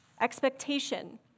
expectation